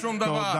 לא יקרה שום דבר.